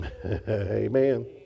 Amen